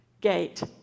gate